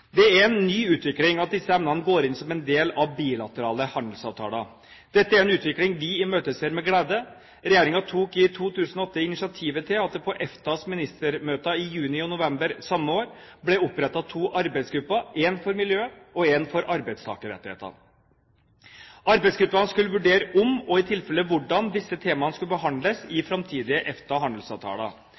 Det er en ny utvikling at disse emnene går inn som en del av bilaterale handelsavtaler. Dette er en utvikling vi imøteser med glede. Regjeringen tok i 2008 initiativ til at det på EFTAs ministermøter i juni og november samme år ble opprettet to arbeidsgrupper, én for miljø og én for arbeidstakerrettigheter. Arbeidsgruppene skulle vurdere om, og i tilfelle hvordan, disse temaene skal behandles i framtidige